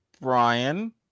Brian